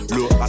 Look